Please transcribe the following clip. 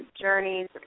Journeys